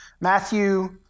Matthew